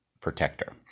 protector